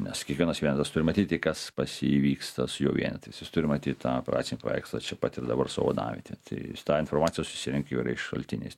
nes kiekvienas vienetas turi matyti kas pas jį vyksta su jo vienetais jis turi matyt tą operacinį paveikslą čia pat ir dabar savo vadavietėj tai informaciją susirenki įvairiais šaltiniais